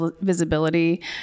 visibility